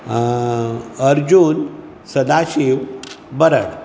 Arjun Sadashiv Barad